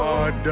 God